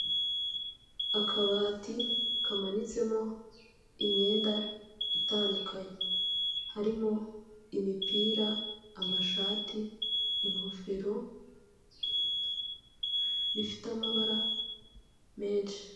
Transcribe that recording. Akabati kamanitsemo imyenda itandukanye. Harimo : imipira, amashati, ingofero, bifite amabara menshi.